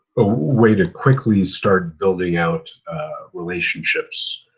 a way to quickly start building out relationships